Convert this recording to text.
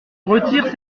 retire